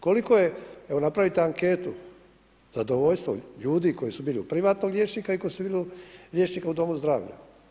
Koliko je, evo napravite anketu, zadovoljstvo ljudi koji su bili kod privatnog liječnika i koji su bili kod liječnika u domu zdravlja.